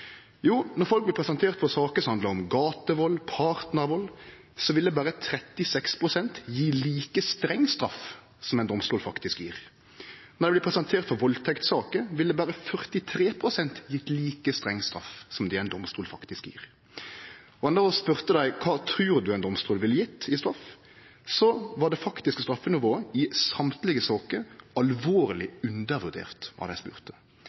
Jo, når folk blir presenterte for saker som handlar om gatevald og partnarvald, ville berre 36 pst. gje like streng straff som ein domstol faktisk gjev. Når dei blir presenterte for valdtektssaker, ville berre 43 pst. gje like streng straff som det ein domstol faktisk gjev. Og når ein spurde dei kva dei trudde ein domstol ville gje i straff, var det faktiske straffenivået i alle saker alvorleg undervurdert av dei spurde.